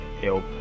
help